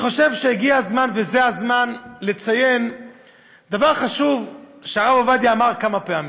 הגיע הזמן לציין דבר חשוב שהרב עובדיה אמר כמה פעמים.